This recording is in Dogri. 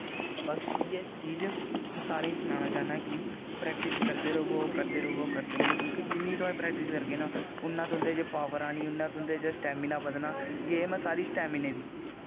बस इ'यै चीज में सारें गी सनाना चाह्न्नां ऐं कि प्रेक्टिस करदे र'वो करदे र'वो क्योंकि जि'न्नी तुस प्रेक्टिस करगे ना उ'न्ना तुं'दे च पॉवर आनी उ'न्ना तुं'दे च स्टैमिना बधना गेम सारी स्टैमिनें दी